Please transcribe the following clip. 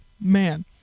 Man